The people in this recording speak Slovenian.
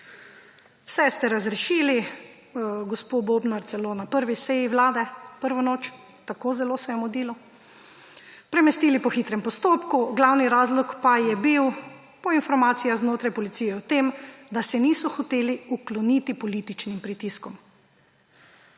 vse ste razrešili, gospo Bobnar celo na prvi seji Vlade, prvo noč, tako zelo se je mudilo, premestili po hitrem postopku, glavni razlog pa je bil, po informacijah znotraj policije, v tem, da se niso hoteli ukloniti političnim pritiskom.